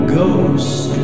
ghost